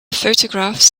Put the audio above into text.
photographs